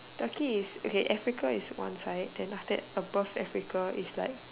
Turkey is okay Africa is one side then after that above Africa is like